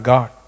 God